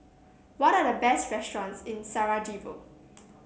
what are the best restaurants in Sarajevo